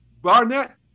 Barnett